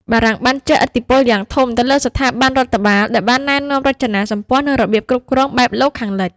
បារាំងបានជះឥទ្ធិពលយ៉ាងធំទៅលើស្ថាប័នរដ្ឋបាល ដោយបានណែនាំរចនាសម្ព័ន្ធ និងរបៀបគ្រប់គ្រងបែបលោកខាងលិច។